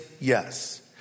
yes